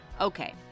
Okay